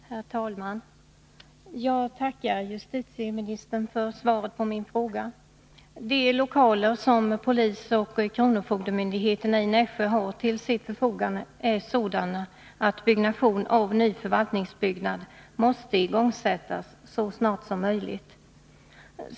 Herr talman! Jag tackar justitieministern för svaret på min fråga. De lokaler som polisoch kronofogdemyndigheterna i Nässjö har till sitt förfogande är sådana att byggnation av ny förvaltningsbyggnad måste igångsättas så snart som möjligt.